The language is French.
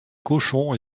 cochons